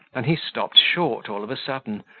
than he stopped short all of a sudden,